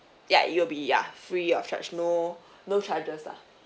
ya it'll be ya free of charge no no charges lah